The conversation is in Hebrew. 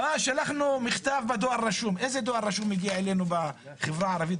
שלחנו מכתב בדואר הרשום איזה דואר רשום מגיע אלינו בחברה הערבית?